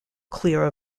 clear